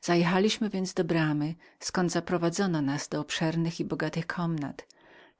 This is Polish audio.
zajechaliśmy więc do bramy zkąd zaprowadzono nas do obszernych i bogatych komnat